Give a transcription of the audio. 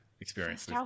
experience